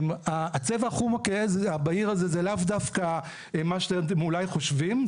הצבע החום הבהיר הזה זה לאו דווקא מה שאתם אולי חושבים.